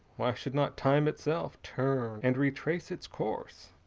why should not time itself turn and retrace its course?